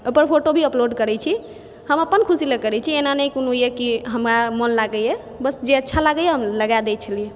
ओहिपर फोटो भी अपलोड करै छी हम अपन खुशी लए करै छी एना नहि कोनो अइ कि हमरा मोन लागैया बस जे अच्छा लागैए हम लगा दै छियै